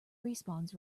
respawns